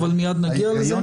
אבל נגיע לזה.